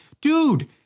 dude